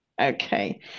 Okay